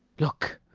look,